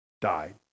died